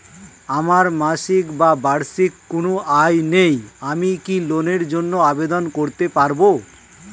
আমার মাসিক বা বার্ষিক কোন আয় নেই আমি কি লোনের জন্য আবেদন করতে পারব?